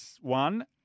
one